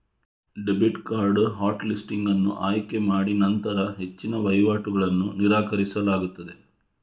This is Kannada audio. ಡೆಬಿಟ್ ಕಾರ್ಡ್ ಹಾಟ್ ಲಿಸ್ಟಿಂಗ್ ಅನ್ನು ಆಯ್ಕೆ ಮಾಡಿನಂತರ ಹೆಚ್ಚಿನ ವಹಿವಾಟುಗಳನ್ನು ನಿರಾಕರಿಸಲಾಗುತ್ತದೆ